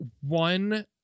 one